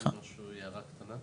אפשר רק הערה קטנה?